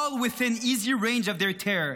all within easy range of their terror.